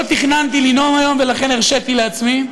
לא תכננתי לנאום היום, ולכן הרשיתי לעצמי.